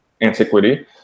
antiquity